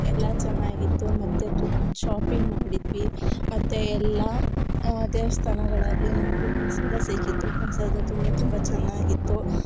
ಎಲ್ಲ ಚೆನ್ನಾಗಿತ್ತು ಮತ್ತು ತು ಶಾಪಿಂಗ್ ಮಾಡಿದ್ವಿ ಮತ್ತು ಎಲ್ಲ ದೇವಸ್ಥಾನಗಳಲ್ಲಿ ನಮಗೆ ಪ್ರಸಾದ ಸಿಕ್ಕಿತ್ತು ಪ್ರಸಾದ ತುಂಬ ತುಂಬ ಚೆನ್ನಾಗಿತ್ತು